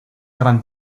gran